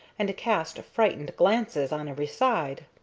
and to cast frightened glances on every side.